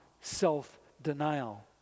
self-denial